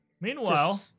Meanwhile